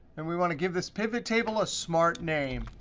and we want to give this pivottable a smart name,